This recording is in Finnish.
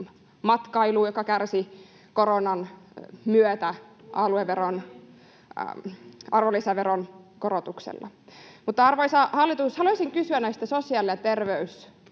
matkailuun, joka kärsi koronan myötä, arvonlisäveron korotuksella? Mutta, arvoisa hallitus, haluaisin kysyä näistä sosiaali- ja terveysmenojen